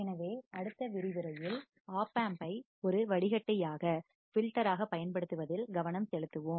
எனவே அடுத்த விரிவுரையில் ஓப்பம்பை ஒரு வடிகட்டியாகப் பில்டராக பயன்படுத்துவதில் கவனம் செலுத்துவோம்